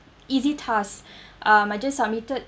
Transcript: easy task um I just submitted